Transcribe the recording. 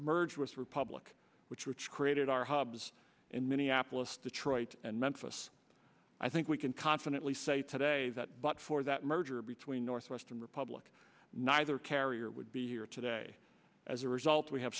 merger with republic which which created our hubs in minneapolis detroit and memphis i think we can confidently say today that but for that merger between north western republic neither carrier would be here today as a result we have